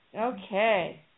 Okay